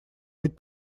быть